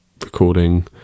recording